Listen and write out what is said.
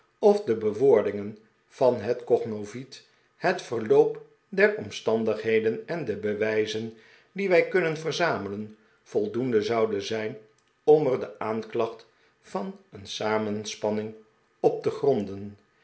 of de bewoordingen van het cognovit het verloop der omstandigheden en de bewijzen die wij kunnen verzamelen voldoende zouden zijn om er de aanklacht van een samenspanning op te gronden